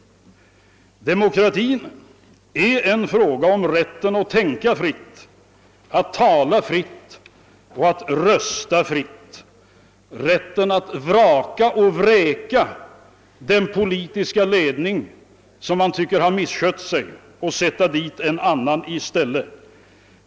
Demokrati är en fråga om rätt att tänka fritt, tala fritt, rösta fritt samt vraka och vräka den politiska ledning som man tycker har misskött sig och sätta dit en annan i stället.